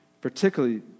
particularly